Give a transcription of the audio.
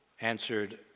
answered